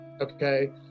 okay